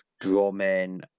drumming